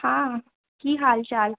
हँ की हाल चाल